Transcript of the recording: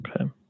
Okay